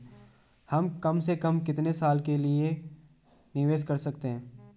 हम कम से कम कितने साल के लिए निवेश कर सकते हैं?